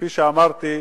כפי שאמרתי,